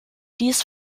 dies